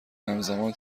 همزمان